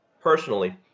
personally